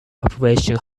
population